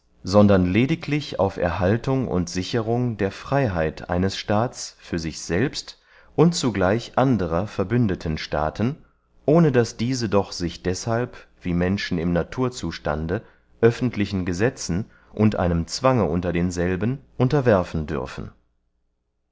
sondern lediglich auf erhaltung und sicherung der freyheit eines staats für sich selbst und zugleich anderer verbündeten staaten ohne daß diese doch sich deshalb wie menschen im naturzustande öffentlichen gesetzen und einem zwange unter denselben unterwerfen dürfen